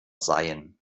seien